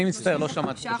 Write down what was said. אני מצטער, לא שמעתי.